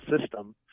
system